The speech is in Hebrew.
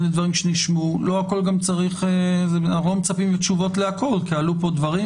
אנחנו לא מצפים לתשובות לכול כי עלו פה דברים,